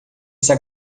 essa